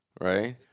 Right